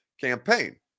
campaign